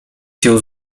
się